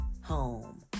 home